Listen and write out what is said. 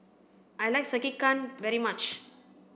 I like Sekihan very much